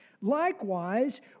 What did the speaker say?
Likewise